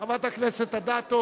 חברת הכנסת אדטו,